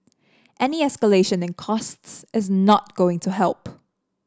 any escalation in costs is not going to help